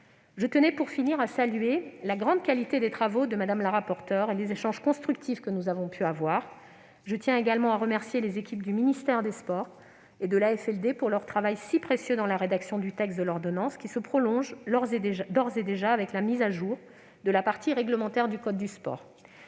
Je tenais, pour finir, à saluer la grande qualité des travaux de Mme la rapporteure et les échanges constructifs que nous avons pu avoir. Très bien ! Je tiens également à remercier les équipes du ministère des sports et de l'AFLD pour leur travail, si précieux dans la rédaction du texte de l'ordonnance, qui se prolonge d'ores et déjà avec la mise à jour de la partie réglementaire du code du sport.